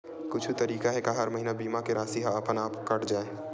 कुछु तरीका हे का कि हर महीना बीमा के राशि हा अपन आप कत जाय?